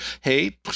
Hey